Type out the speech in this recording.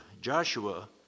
Joshua